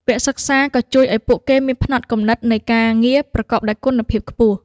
វគ្គសិក្សាក៏ជួយឱ្យពួកគេមានផ្នត់គំនិតនៃការងារប្រកបដោយគុណភាពខ្ពស់។